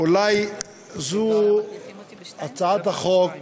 אולי זו הצעת החוק,